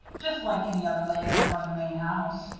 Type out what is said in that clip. just like any other leg over in the main house.